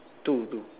two two